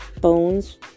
Bones